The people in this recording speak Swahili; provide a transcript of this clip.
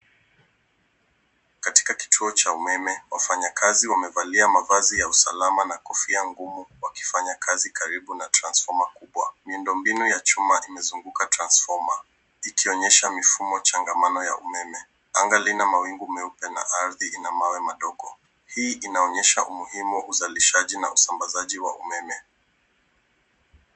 Katika kituo cha umeme, wafanya kazi wamevalia mavazi ya usalama na kofia ngumu wakifanya kazi karibu na transfoma kubwa. Miundo mbinu ya chuma imezunguka transfoma ikionyesha mifumo changamano ya umeme, anga lina mawingu meupe na ardhi ina mawe madogo, hii inaoneyesha umuhimu wa uzalishaji na usambazaji wa umeme.